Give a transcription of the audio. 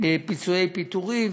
פיצוי פיטורין,